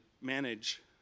manage